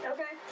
Okay